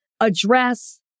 address